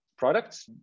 products